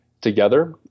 together